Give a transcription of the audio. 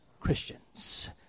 Christians